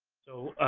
so,